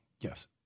Yes